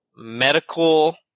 Medical